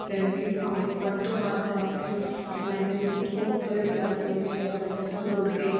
ਜਾਣੀ ਕਿ ਪਾਣੀ ਵੱਧ ਤੋਂ ਵੱਧ ਆਇਆ ਕਿ ਉਨ੍ਹਾਂ ਦੇ ਜੋ ਉੱਪਰੇ ਫਲੱਡ ਨਿੱਚਲੇ ਫਲੱਡ ਸਭ ਰੁੜ੍ਹ ਗਏ